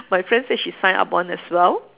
my friend said she sign up one as well